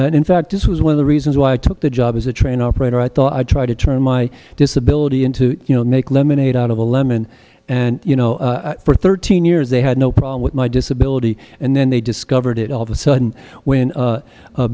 see in fact this was one of the reasons why i took the job as a train operator i thought i'd try to turn my i disability into you know make lemonade out of a lemon and you know for thirteen years they had no problem with my disability and then they discovered it all of a sudden when